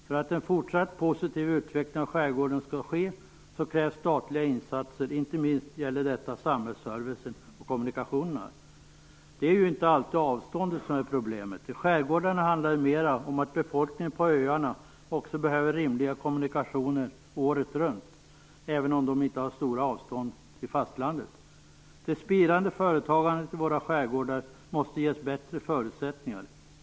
För att en fortsatt positiv utveckling av skärgården skall ske krävs statliga insatser, inte minst gäller detta samhällsservicen och kommunikationerna. Det är inte alltid avståndet som är problemet. I skärgårdarna handlar det mera om att befolkningen på öarna också behöver rimliga kommunikationer året runt, även om de inte har stora avstånd till fastlandet. Det spirande företagandet i våra skärgårdar måste ges bättre förutsättningar.